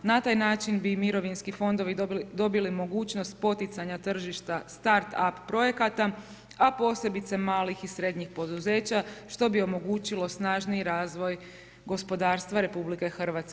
Na taj način bi mirovinski fondovi dobili mogućnost poticanja tržišta startup projekta, a posebice malih i srednjih poduzeća što bi omogućilo snažniji razvoj gospodarstva RH.